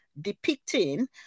depicting